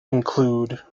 include